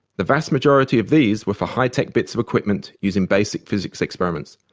the vast majority of these were for high-tech bits of equipment used in basic physics experiments.